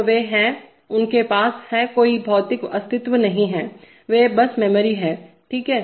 तो वे हैंउनके पास है कोई भौतिक अस्तित्व नहीं वे बस मेमोरी हैं ठीक है